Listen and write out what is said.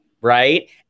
Right